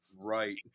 right